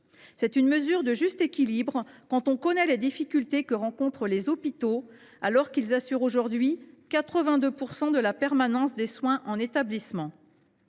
C’est une mesure de juste équilibre, quand on connaît les difficultés que rencontrent les hôpitaux, qui assurent aujourd’hui 82 % de la permanence des soins en établissements.